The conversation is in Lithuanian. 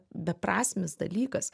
beprasmis dalykas